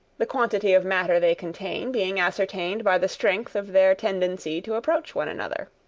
the quantity of matter they contain being ascertained by the strength of their tendency to approach one another.